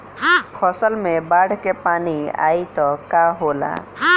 फसल मे बाढ़ के पानी आई त का होला?